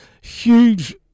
huge